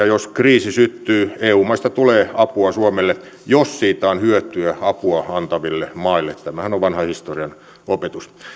jos kriisi syttyy eu maista tulee apua suomelle jos siitä on hyötyä apua antaville maille tämähän on vanha historian opetus